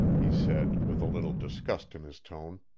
he said, with a little disgust in his tone.